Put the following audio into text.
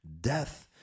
death